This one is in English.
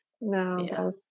No